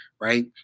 right